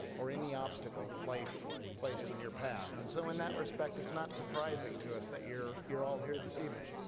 or any obstacle that life placed in your path and so in that respect it's not surprising to us that you're all here this evening